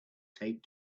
taped